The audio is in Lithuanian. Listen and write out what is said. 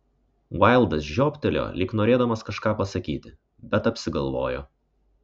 vaildas žiobtelėjo lyg norėdamas kažką pasakyti bet apsigalvojo